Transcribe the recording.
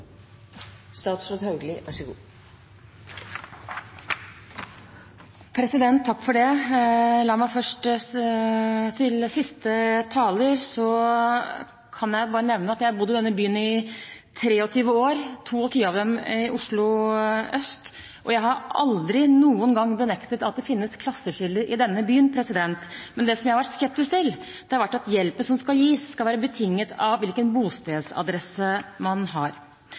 jeg nevne at jeg har bodd i denne byen i 23 år – 22 av dem i Oslo øst – og jeg har aldri noen gang benektet at det finnes klasseskiller i denne byen, men det jeg har vært skeptisk til, er at hjelpen som skal gis, skal være betinget av hvilken bostedsadresse man har.